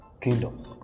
kingdom